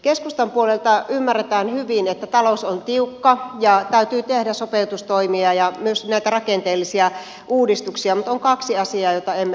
keskustan puolelta ymmärretään hyvin että talous on tiukka ja täytyy tehdä sopeutustoimia ja myös näitä rakenteellisia uudistuksia mutta on kaksi asiaa joita emme hyväksy